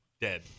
dead